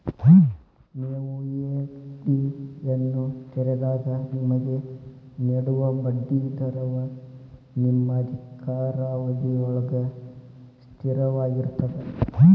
ನೇವು ಎ.ಫ್ಡಿಯನ್ನು ತೆರೆದಾಗ ನಿಮಗೆ ನೇಡುವ ಬಡ್ಡಿ ದರವ ನಿಮ್ಮ ಅಧಿಕಾರಾವಧಿಯೊಳ್ಗ ಸ್ಥಿರವಾಗಿರ್ತದ